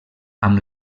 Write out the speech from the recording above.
amb